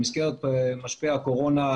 במסגרת משבר הקורונה,